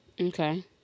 okay